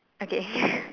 okay